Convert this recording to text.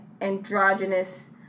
androgynous